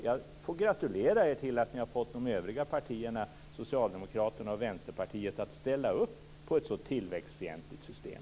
Jag får gratulera er till att ni har fått de övriga partierna, Socialdemokraterna och Vänsterpartiet, att ställa upp på ett så tillväxtfientligt system.